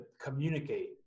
communicate